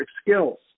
skills